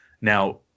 now